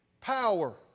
power